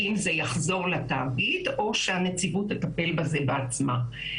האם זה יחזור לתאגיד או שהנציבות תטפל בזה בעצמה.